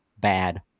bad